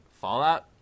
fallout